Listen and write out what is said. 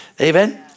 Amen